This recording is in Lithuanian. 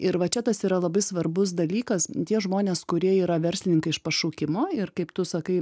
ir va čia tas yra labai svarbus dalykas tie žmonės kurie yra verslininkai iš pašaukimo ir kaip tu sakai